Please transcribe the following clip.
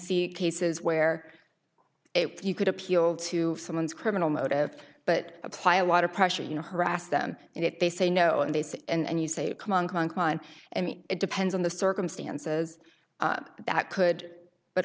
see cases where you could appeal to someone's criminal motive but apply a lot of pressure you know harass them and if they say no and they say and you say come on come on crime and it depends on the circumstances that could but